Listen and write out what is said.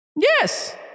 Yes